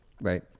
Right